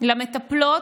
למטפלות,